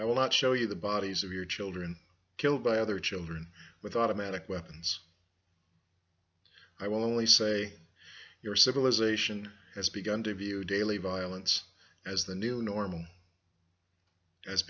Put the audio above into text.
i will not show you the bodies of your children killed by other children with automatic weapons i will only say your civilization has begun to view daily violence as the new normal as